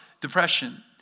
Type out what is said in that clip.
depression